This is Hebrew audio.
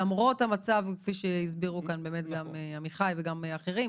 למרות המצב שהסבירו כאן גם עמיחי וגם אחרים,